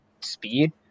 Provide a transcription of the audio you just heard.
speed